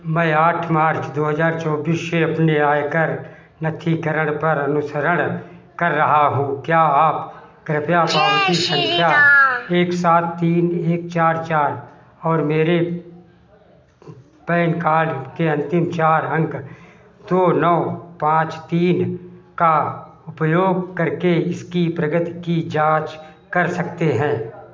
मैं आठ मार्च दो हज़ार चौबीस से अपने आयकर नत्थीकरण पर अनुसरण कर रहा हूँ क्या आप कृपया पावती सँख्या एक सात तीन एक चार चार और मेरे पैन कार्ड के अन्तिम चार अंक दो नौ पाँच तीन का उपयोग करके इसकी प्रगति की जाँच कर सकते हैं